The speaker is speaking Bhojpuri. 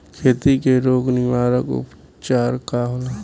खेती के रोग निवारण उपचार का होला?